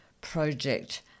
project